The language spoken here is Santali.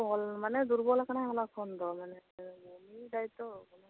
ᱫᱩᱨᱵᱚᱞ ᱟᱠᱟᱱᱟᱭ ᱦᱚᱞᱟ ᱠᱷᱚᱱ ᱫᱚ ᱢᱟᱱᱮ ᱧᱩᱭᱮᱫᱟᱭ ᱛᱳ